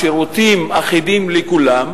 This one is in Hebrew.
שירותים אחידים לכולם,